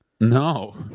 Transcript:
no